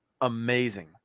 amazing